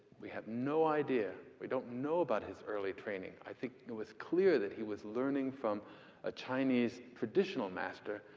we have no idea. we don't know about his early training. i think it was clear that he was learning from a chinese traditional master.